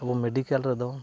ᱟᱵᱚ ᱢᱮᱰᱤᱠᱮᱞ ᱨᱮᱫᱚ